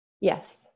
Yes